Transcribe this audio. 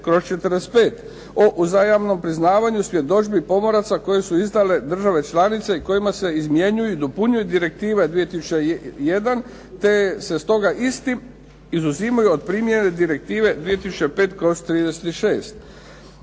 2005/45 o uzajamnom priznavanju svjedodžbi pomoraca koje su izdale države članice i kojima se izmjenjuju i dopunjuju Direktive 2001, te se stoga isti izuzimaju od primjene Direktive 2005/36.